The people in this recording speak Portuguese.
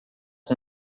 com